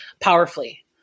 powerfully